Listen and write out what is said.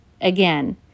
again